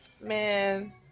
man